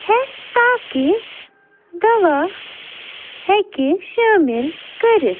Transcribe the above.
ہیٚتھ تاکہ دوا ہیٚکہِ شٲمِل کٔرِتھ